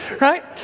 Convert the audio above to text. right